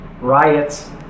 Riots